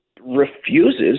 refuses